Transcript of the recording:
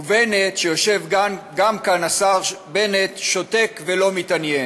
ובנט, השר בנט שיושב גם כן כאן, שותק ולא מתעניין.